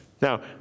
Now